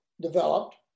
developed